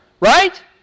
Right